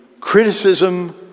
criticism